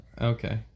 Okay